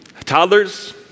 Toddlers